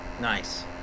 Nice